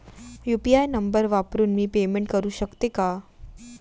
UPI number वापरून मी payment करू शकते का?